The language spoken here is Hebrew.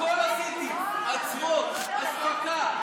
אמר את זה שר הבריאות בצורה הכי ברורה.